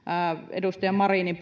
edustaja marinin